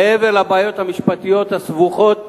מעבר לבעיות המשפטיות הסבוכות,